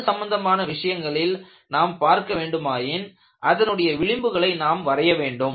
அது சம்பந்தமான விஷயங்களில் நாம் பார்க்க வேண்டுமாயின் அதனுடைய விளிம்புகளை நாம் வரைய வேண்டும்